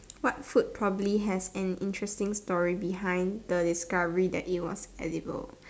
what food probably has an interesting story behind the discovery that it was edible